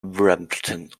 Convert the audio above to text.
brampton